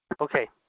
Okay